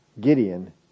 Gideon